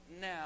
now